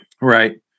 Right